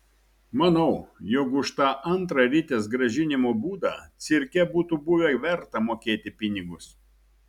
manau jog už tą antrą ritės grąžinimo būdą cirke būtų buvę verta mokėti pinigus